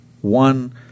one